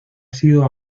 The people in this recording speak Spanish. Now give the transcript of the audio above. sido